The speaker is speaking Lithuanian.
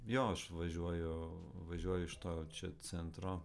jo aš važiuoju važiuoju iš to čia centro